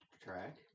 track